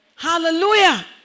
Hallelujah